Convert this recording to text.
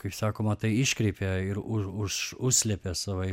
kaip sakoma tai iškreipė ir už už užslėpė savaip